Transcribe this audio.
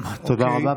תודה רבה.